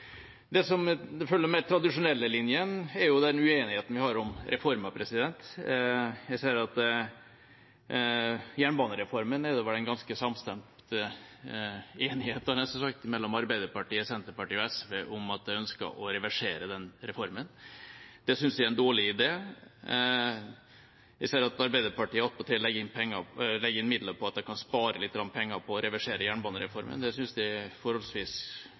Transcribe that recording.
Det som følger de mer tradisjonelle linjene, er den uenigheten vi har om reformer. Jeg ser at jernbanereformen er det ganske samstemt enighet, hadde jeg nesten sagt, mellom Arbeiderpartiet, Senterpartiet og SV om at de ønsker å reversere. Det syns jeg er en dårlig idé. Jeg ser at Arbeiderpartiet attpåtil legger inn midler på at de kan spare lite grann penger på å reversere jernbanereformen. Det syns jeg er forholdsvis